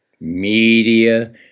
media